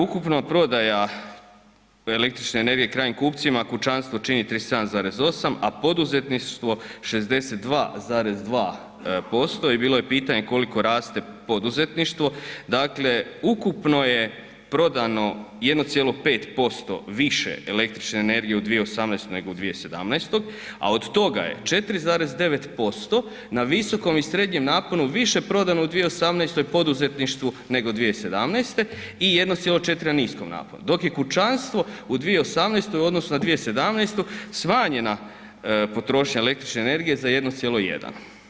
Ukupno prodaja električne energije krajnjim kupcima, kućanstvu čini 37,8, a poduzetništvo 62,2% i bilo je pitanje koliko raste poduzetništvo, dakle ukupno je prodano 1,5% više električne energije u 2018. nego u 2017., a od toga je 4,9% na visokom i srednjem naponu više prodano u 2018. poduzetništvu nego 2017. i 1,4 na niskom naponu, dok je kućanstvo u 2018. u odnosu na 2017. smanjena potrošnja električne energije za 1,1.